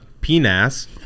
penis